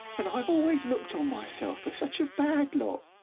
and i've always looked on myself as such a bad lot!